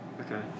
Okay